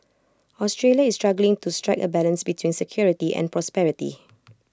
Australia is struggling to strike A balance between security and prosperity